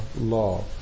law